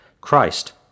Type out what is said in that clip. Christ